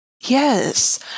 Yes